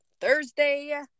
Thursday